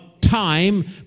time